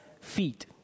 feet